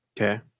Okay